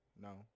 no